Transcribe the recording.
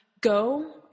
go